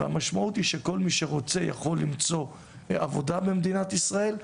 והמשמעות היא שכל מי שרוצה יכול למצוא עבודה במדינת ישראל,